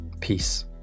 Peace